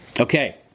Okay